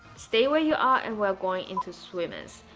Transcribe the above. stay where you are and we're going into swimmers.